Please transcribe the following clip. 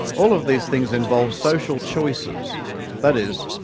all of these things involve social choices that is,